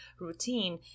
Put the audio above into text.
routine